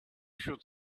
should